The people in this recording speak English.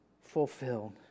fulfilled